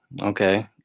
okay